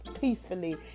peacefully